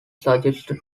suggested